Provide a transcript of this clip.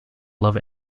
love